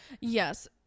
yes